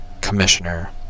Commissioner